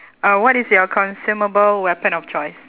uh what is your consumable weapon of choice